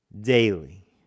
daily